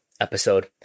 episode